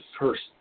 first